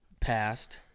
passed